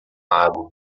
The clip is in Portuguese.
lago